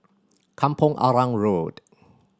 Kampong Arang Road